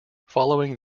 following